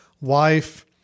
wife